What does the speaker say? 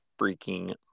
freaking